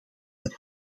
het